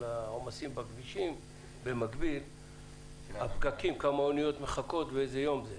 העומסים בכבישים אלא גם של הפקקים בנמל כמה אוניות מחכות ובאיזה יום הן.